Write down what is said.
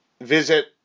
visit